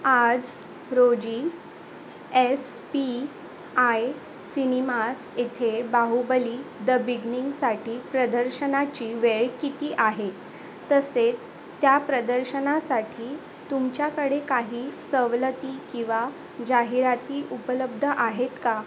आज रोजी S P I cinemas येथे बाहुबली द बिग्निंगसाठी प्रदर्शनाची वेळ किती आहे तसेच त्या प्रदर्शनासाठी तुमच्याकडे काही सवलती किंवा जाहिराती उपलब्ध आहेत का